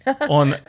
on